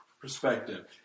perspective